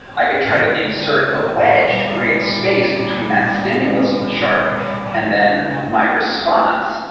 i could try to insert a wedge to create space between that stimulus of the shark and then my response,